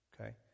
Okay